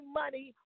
money